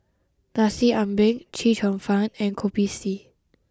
Nasi Ambeng Chee Cheong Fun and Kopi C